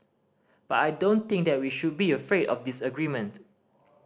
but I don't think that we should be afraid of disagreement